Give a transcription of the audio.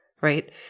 right